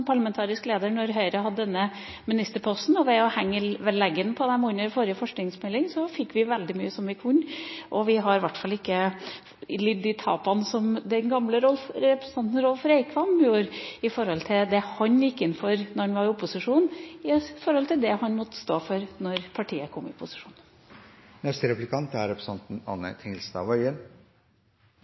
parlamentarisk leder da Høyre hadde denne ministerposten, og ved å henge i leggen på dem under forrige forskningsmelding, fikk vi til veldig mye. Vi har i hvert fall ikke lidd de tapene som tidligere representant Rolf Reikvam gjorde når det gjaldt det han gikk inn for da han var i opposisjon, sammenlignet med det han måtte stå for da partiet kom i posisjon.